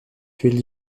tué